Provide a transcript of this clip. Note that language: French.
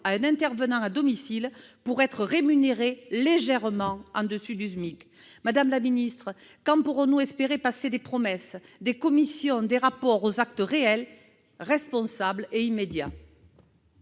intervenant à domicile pour être rémunéré légèrement au-dessus du SMIC ? Madame la secrétaire d'État, quand pourrons-nous espérer passer des promesses, des commissions et des rapports aux actes réels, responsables et immédiats ?